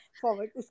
Forward